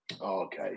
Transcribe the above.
Okay